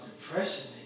depression